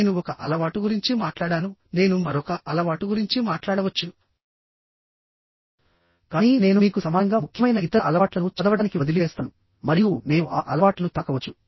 నేను ఒక అలవాటు గురించి మాట్లాడాను నేను మరొక అలవాటు గురించి మాట్లాడవచ్చు కానీ నేను మీకు సమానంగా ముఖ్యమైన ఇతర అలవాట్లను చదవడానికి వదిలివేస్తాను మరియు నేను ఆ అలవాట్లను తాకవచ్చు